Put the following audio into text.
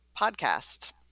podcast